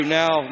now